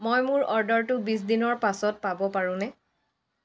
মই মোৰ অৰ্ডাৰটো বিছ দিনৰ পাছত পাব পাৰোঁনে